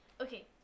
Okay